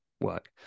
work